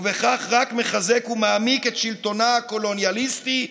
ובכך רק מחזק ומעמיק את שלטונה הקולוניאליסטי,